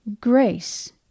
Grace